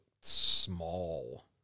small